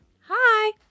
Hi